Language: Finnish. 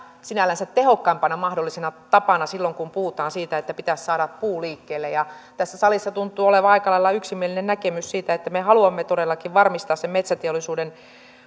sinällänsä tehokkaimpana mahdollisena tapana silloin kun puhutaan siitä että pitäisi saada puu liikkeelle ja tässä salissa tuntuu olevan aika lailla yksimielinen näkemys siitä että me haluamme todellakin varmistaa sen metsäteollisuuden